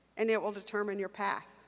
and it will determine your path.